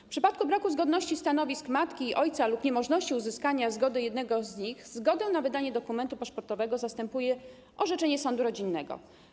W przypadku braku zgodności stanowisk matki i ojca lub niemożności uzyskania zgody jednego z nich zgodę na wydanie dokumentu paszportowego zastępuje orzeczenie sądu rodzinnego.